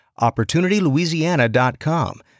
Opportunitylouisiana.com